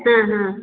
ಹಾಂ ಹಾಂ